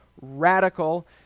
radical